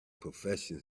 profession